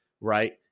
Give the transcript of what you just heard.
right